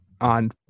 on